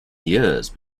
years